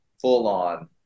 full-on